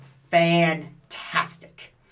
fantastic